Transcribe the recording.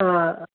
हा